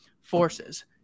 forces